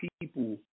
people